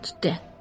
death